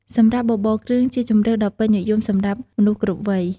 សម្រាប់បបរគ្រឿងជាជម្រើសដ៏ពេញនិយម សម្រាប់មនុស្សគ្រប់វ័យ។